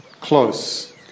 close